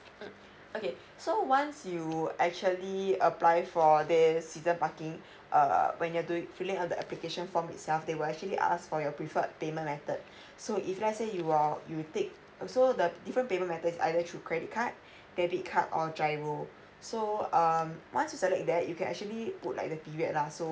mm okay so once you know actually apply for this season parking err when you are doing filling out the application form itself they will actually ask for your preferred payment method so if let's say you are you take also the different payment method is either through credit card debit card or giro so um once you select that you can actually put like the period lah so